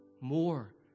more